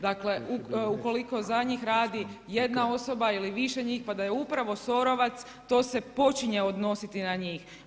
Dakle, u koliko za njih radi jedna osoba ili više njih pa da je upravo SOR-ovac, to se počinje odnositi na njih.